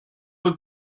peu